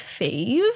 fave